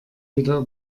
wieder